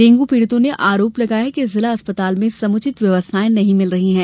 dengue पीड़ितों ने आरोप लगाया है कि जिला चिकित्सालय में समुचित व्यवस्थाएं नहीं मिल रही हैं